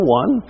one